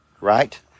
right